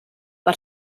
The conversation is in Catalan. per